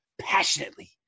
passionately